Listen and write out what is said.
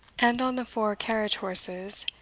and on the four carriage-horses,